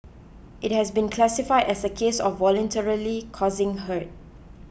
it has been classified as a case of voluntarily causing hurt